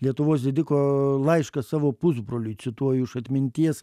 lietuvos didiko laiškas savo pusbroliui cituoju iš atminties